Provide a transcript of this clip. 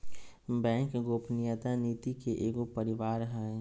bank गोपनीयता नीति के एगो परिवार हइ